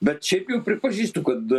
bet šiaip jau pripažįstu kad